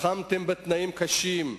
לחמתם בתנאים קשים,